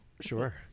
Sure